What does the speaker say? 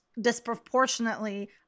disproportionately